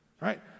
right